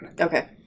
Okay